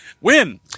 win